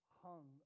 hung